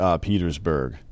Petersburg